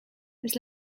this